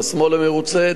והשמאל לא מרוצה,